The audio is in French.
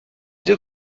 deux